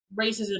racism